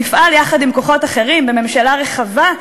נפעל יחד עם כוחות אחרים בממשלה רחבה,